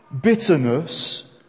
bitterness